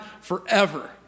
forever